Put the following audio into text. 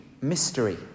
mystery